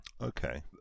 okay